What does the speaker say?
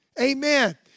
Amen